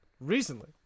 recently